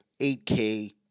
8K